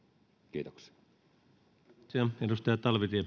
kiitoksia